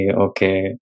okay